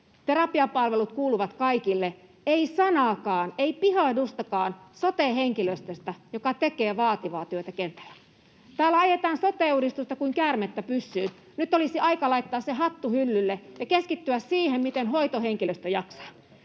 Terapiapalvelut kuuluvat kaikille. Ei sanaakaan, ei pihahdustakaan sote-henkilöstöstä, joka tekee vaativaa työtä kentällä. Täällä ajetaan sote-uudistusta kuin käärmettä pyssyyn. Nyt olisi aika laittaa se hattuhyllylle ja keskittyä siihen, miten hoitohenkilöstö jaksaa.